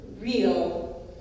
real